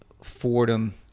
fordham